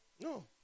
No